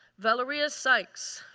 valoria sikes.